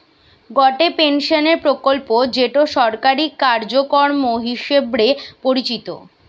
গটে পেনশনের প্রকল্প যেটো সরকারি কার্যক্রম হিসবরে পরিচিত